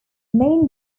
main